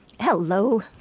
Hello